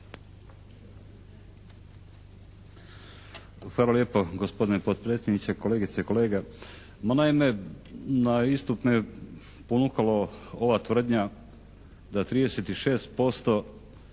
Hvala lijepo gospodine potpredsjedniče. Kolegice i kolege. Ma naime, na istup me ponukala ova tvrdnja da 36%